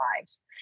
lives